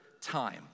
time